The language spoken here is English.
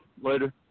later